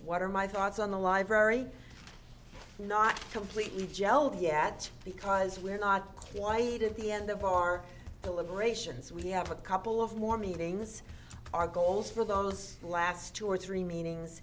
what are my thoughts on the library not completely jelled yet because we're not quite at the end of our deliberations we have a couple of more meetings our goals for those last two or three meetings